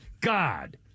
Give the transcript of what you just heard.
God